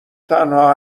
تنها